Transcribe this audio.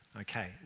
Okay